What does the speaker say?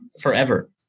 forever